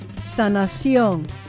sanación